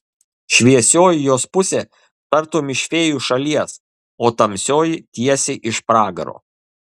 šviesioji jos pusė tartum iš fėjų šalies o tamsioji tiesiai iš pragaro